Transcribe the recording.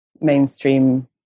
mainstream